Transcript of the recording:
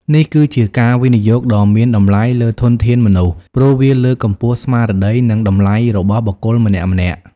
នេះគឺជាការវិនិយោគដ៏មានតម្លៃលើធនធានមនុស្ស ព្រោះវាលើកកម្ពស់ស្មារតី និងតម្លៃរបស់បុគ្គលម្នាក់ៗ។